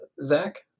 Zach